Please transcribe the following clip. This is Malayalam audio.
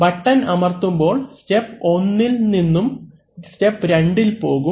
ബട്ടൺ അമർത്തുമ്പോൾ സ്റ്റെപ് 1 ഇൽ നിന്ന് സ്റ്റെപ് 2 ഇൽ പോകും പിന്നീട് സ്റ്റെപ് 3 ഇൽ പോകും